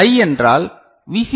high என்றால் we